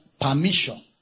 permission